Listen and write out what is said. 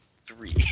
three